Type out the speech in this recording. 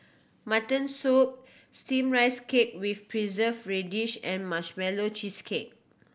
mutton soup Steamed Rice Cake with Preserved Radish and Marshmallow Cheesecake